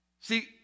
See